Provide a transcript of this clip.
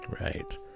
Right